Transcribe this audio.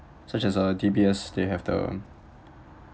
such as uh D_B_S they have the